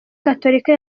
gatolika